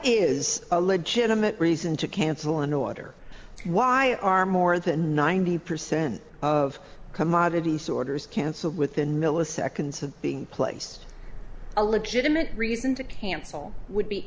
is a legitimate reason to cancel an order why are more than ninety percent of commodities orders cancelled within milliseconds of being placed a legitimate reason to cancel would be